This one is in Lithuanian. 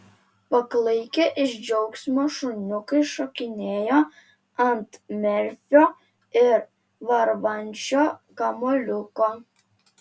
paklaikę iš džiaugsmo šuniukai šokinėjo ant merfio ir varvančio kamuoliuko